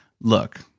look